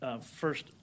First